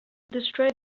destroy